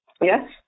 Yes